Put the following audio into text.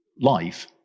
life